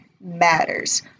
matters